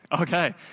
Okay